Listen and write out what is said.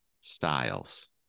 styles